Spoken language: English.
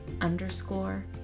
underscore